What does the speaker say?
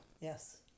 Yes